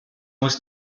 muss